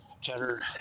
cheddar